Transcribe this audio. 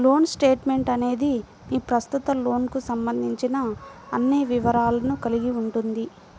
loan statement అనేది మీ ప్రస్తుత లోన్కు సంబంధించిన అన్ని వివరాలను కలిగి ఉంటుంది